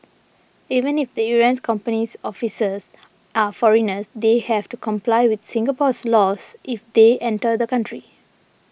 even if the errant company's officers are foreigners they have to comply with Singapore's laws if they enter the country